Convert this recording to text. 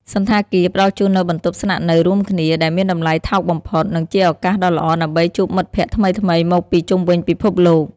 សណ្ឋាគារ ផ្តល់ជូននូវបន្ទប់ស្នាក់នៅរួមគ្នា ដែលមានតម្លៃថោកបំផុត និងជាឱកាសដ៏ល្អដើម្បីជួបមិត្តភក្តិថ្មីៗមកពីជុំវិញពិភពលោក។